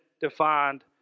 defined